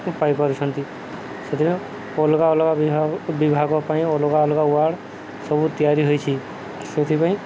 ପାଇପାରୁଛନ୍ତି ସେଥିପାଇଁ ଅଲଗା ଅଲଗା ବିଭାଗ ପାଇଁ ଅଲଗା ଅଲଗା ୱାର୍ଡ୍ ସବୁ ତିଆରି ହୋଇଛି ସେଥିପାଇଁ